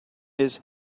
his